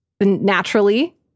naturally